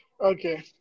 okay